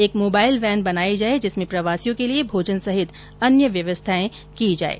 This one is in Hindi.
एक मोबाईल वेन बनाई जाये जिसमें प्रवासियों के लिए भोजन सहित अन्य व्यवस्थाएं की जाये